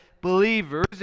believers